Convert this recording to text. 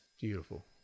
Beautiful